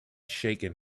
shaken